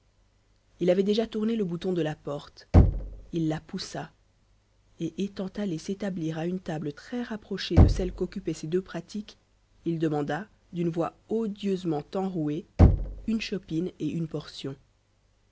il avait déjà tourné le bouton de la porte il la poussa et étant allé s'établir à une table très rapprochée de celle qu'occupaient ses deux pratiques il demanda d'une voix odieusement enrouée une chopine et une portion